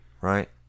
right